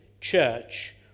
church